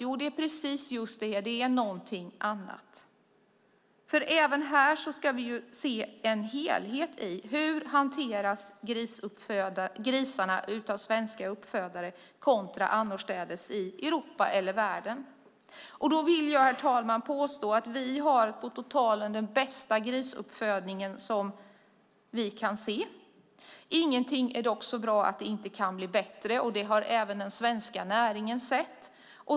Jo, det är just någonting annat, för även här ska vi se en helhet när det gäller hur grisarna hanteras av svenska uppfödare kontra hur det är annorstädes i Europa eller världen. Herr talman! Jag vill påstå att vi på totalen har den bästa grisuppfödning vi kan se. Ingenting är dock så bra att det inte kan bli bättre. Det har även den svenska näringen sett.